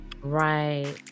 Right